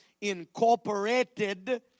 incorporated